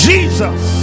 Jesus